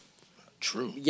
True